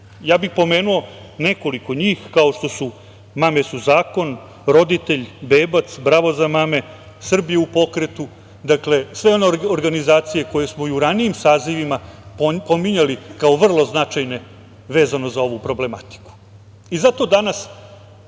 na njima. Pomenuo bih nekoliko njih kao što su „Mame su zakon“, „Roditelj“, „Bebac“, „Bravo za mame“, „Srbija u pokretu“, dakle, sve one organizacije koje smo i u ranijim sazivima pominjali kao vrlo značajne vezano za ovu problematiku. Zato danas